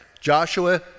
Joshua